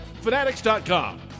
Fanatics.com